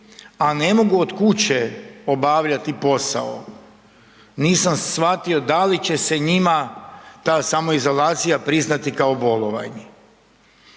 a ne mogu od kuće obavljati posao, nisam shvatio da li će se njima ta samoizolacija priznati kao bolovanje?